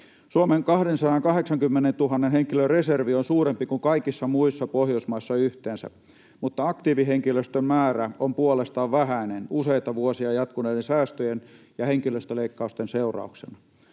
Suomen 280 000 henkilön reservi on suurempi kuin kaikissa muissa Pohjoismaissa yhteensä, mutta aktiivihenkilöstön määrä on puolestaan vähäinen useita vuosia jatkuneiden säästöjen ja henkilöstöleikkausten seurauksena.